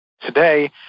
Today